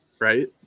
right